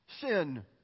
Sin